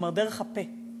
כלומר דרך הפה,